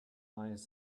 eyes